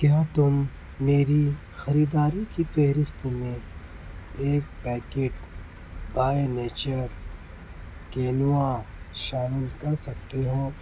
کیا تم میری خریداری کی فہرست میں ایک پیکٹ بائے نیچر کینوا شامل کر سکتے ہو